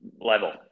level